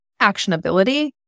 actionability